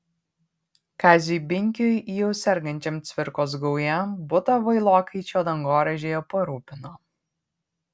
kaziui binkiui jau sergančiam cvirkos gauja butą vailokaičio dangoraižyje parūpino